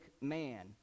man